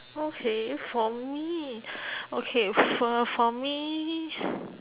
okay for me okay for for me